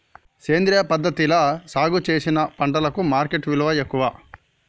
సేంద్రియ పద్ధతిలా సాగు చేసిన పంటలకు మార్కెట్ విలువ ఎక్కువ